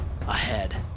ahead